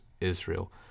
Israel